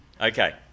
okay